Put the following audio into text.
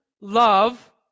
love